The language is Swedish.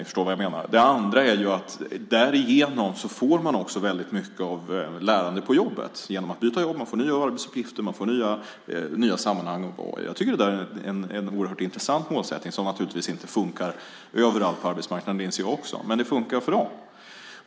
För det andra får man därigenom väldigt mycket av lärande på jobbet. Genom att byta jobb får man nya arbetsuppgifter och nya sammanhang. Jag tycker att det är en oerhört intressant målsättning. Den funkar naturligtvis inte överallt på arbetsmarknaden, det inser jag också, men det funkar för dem.